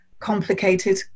complicated